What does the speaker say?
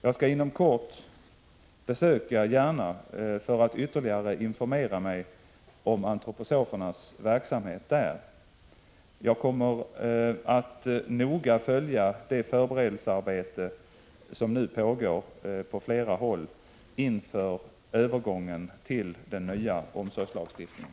Jag skall inom kort besöka Järna för att ytterligare informera mig om antroposofernas verksamhet där. Jag kommer att noga följa det förberedelsearbete som pågår på flera håll inför övergången till den nya omsorgslagstiftningen.